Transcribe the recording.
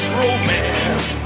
romance